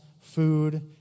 food